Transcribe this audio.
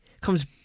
Comes